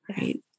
Right